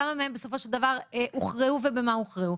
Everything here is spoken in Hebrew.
כמה מהן בסופו של דבר הוכרעו ובמה הוכרעו.